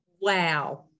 Wow